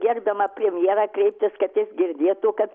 gerbiamą premjerą kreiptis kad jis girdėtų kad